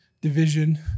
division